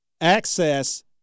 access